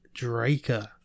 Draker